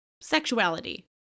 sexuality